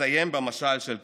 אסיים במשל של קרילוב: